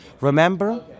remember